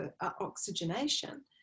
oxygenation